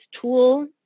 tool